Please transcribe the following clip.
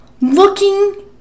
looking